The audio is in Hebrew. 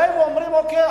באים ואומרים: אוקיי,